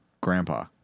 Grandpa